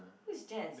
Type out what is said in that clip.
who's Jess